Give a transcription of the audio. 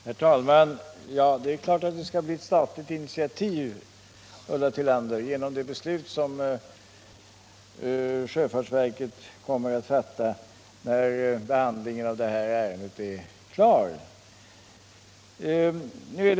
Herr talman! Det är klart att det skall bli ett statligt initiativ, Ulla Tillander, genom det beslut som sjöfartsverket kommer att fatta när behandlingen av det här ärendet är färdig.